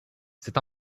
c’est